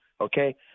Okay